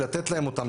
לתת להם אותם,